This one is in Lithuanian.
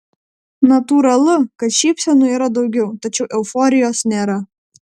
natūralu kad šypsenų yra daugiau tačiau euforijos nėra